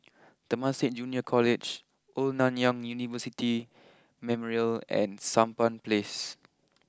Temasek Junior College Old Nanyang University Memorial and Sampan place